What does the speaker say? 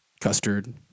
custard